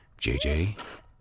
JJ